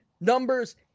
numbers